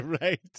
Right